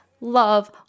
love